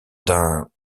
d’un